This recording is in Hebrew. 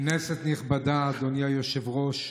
כנסת נכבדה, אדוני היושב-ראש,